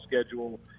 schedule